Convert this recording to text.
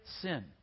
sin